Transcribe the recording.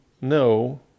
No